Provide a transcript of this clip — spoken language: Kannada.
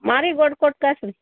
ಮಾರಿಗೋಲ್ಡ್ ಕೊಟ್ಟು ಕಳ್ಸಿ ರಿ